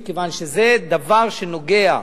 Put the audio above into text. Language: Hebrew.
מכיוון שזה דבר שנוגע,